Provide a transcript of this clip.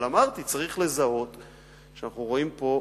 אבל אמרתי: צריך לזהות שאנחנו רואים פה,